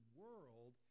world